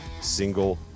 single